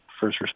first